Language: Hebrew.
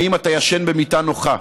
האם אתה ישן במיטה נוחה?